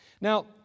Now